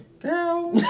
girl